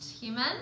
human